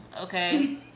Okay